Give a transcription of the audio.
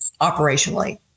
operationally